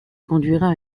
conduira